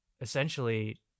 essentially